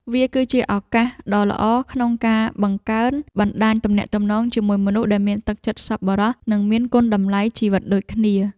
វាគឺជាឱកាសដ៏ល្អក្នុងការបង្កើនបណ្ដាញទំនាក់ទំនងជាមួយមនុស្សដែលមានទឹកចិត្តសប្បុរស និងមានគុណតម្លៃជីវិតដូចគ្នា។